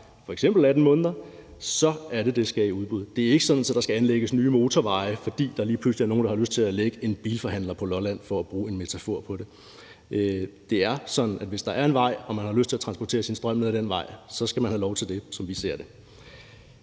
f.eks. 18 måneder, så er det sådan, at det skal i udbud. Det er ikke sådan, at der skal anlægges nye motorveje, fordi der lige pludselig er nogle, der har lyst til at lægge en bilforhandler på Lolland – for at bruge en metafor på det – men det er sådan, at man, hvis der er en vej, og man har lyst til at transportere sin strøm ned ad den vej, så skal have lov til det, som vi ser det.